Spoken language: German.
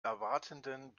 erwartenden